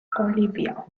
olivia